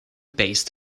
based